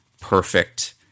perfect